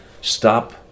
stop